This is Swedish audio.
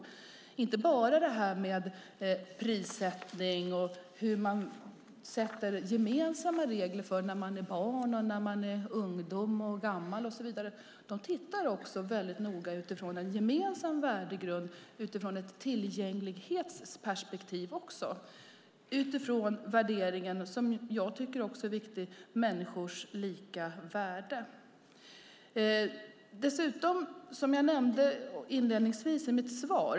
Det gäller inte bara detta med prissättning och gemensamma åldersgränser för när man ska räknas som barn, ungdom, gammal och så vidare, utan man tittar också utifrån ett tillgänglighetsperspektiv och en gemensam värdegrund. Det handlar om människors lika värde, vilket också jag tycker är viktigt.